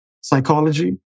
psychology